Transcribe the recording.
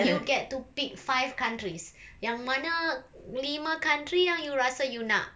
you get to pick five countries yang mana lima country yang you rasa you nak